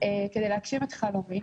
כדי להגשים את חלומי,